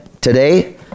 today